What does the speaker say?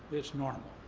it's normal.